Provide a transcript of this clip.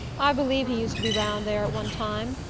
i believe he used to be round there at one time.